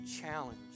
challenge